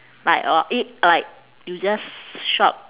like uh e~ like you just shop